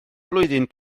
blwyddyn